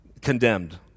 condemned